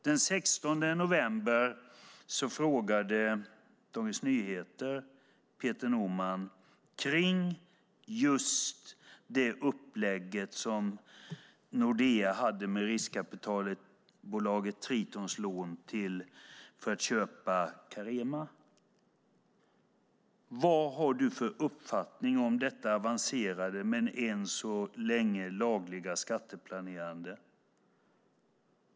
Den 16 november frågade Dagens Nyheter Peter Norman om just det upplägg som Nordea hade med riskkapitalbolaget Tritons lån för att köpa Carema, vilken uppfattning han hade om detta avancerade men än så länge lagliga skatteplanerande.